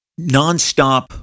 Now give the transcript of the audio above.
nonstop